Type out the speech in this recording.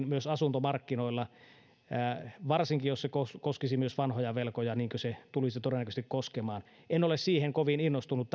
myös asuntomarkkinoilla varsinkin jos se koskisi myös vanhoja velkoja niin kuin se tulisi todennäköisesti koskemaan en ole tästä ajatuksesta kovin innostunut